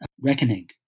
reckoning